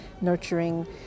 nurturing